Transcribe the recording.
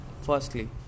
firstly